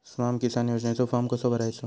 स्माम किसान योजनेचो फॉर्म कसो भरायचो?